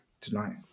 tonight